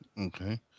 Okay